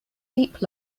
deep